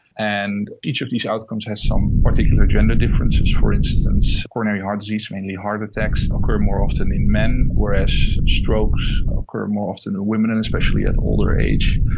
and each of these outcomes has some particular gender differences. for instance, coronary heart disease, mainly heart attacks occur more often in men, whereas strokes occur more often in women and especially at older age.